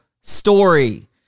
story